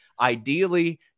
Ideally